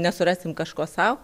nesurasim kažko sau